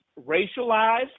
racialized